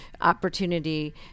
opportunity